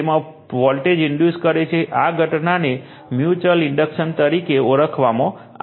તેમાં voltage induce કરે છે આ ઘટનાને મ્યુચુઅલ ઇન્ડક્ટન્સ તરીકે ઓળખવામાં આવે છે